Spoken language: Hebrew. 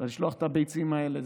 צריך לשלוח את הביצים האלה.